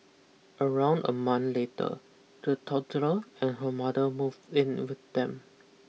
around a month later the toddler and her mother moved in with them